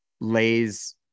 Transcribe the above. lays